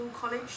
college